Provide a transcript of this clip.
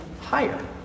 higher